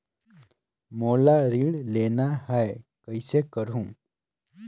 मोला ऋण लेना ह, कइसे करहुँ?